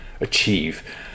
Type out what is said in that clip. achieve